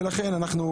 ולכן גם